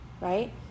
right